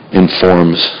informs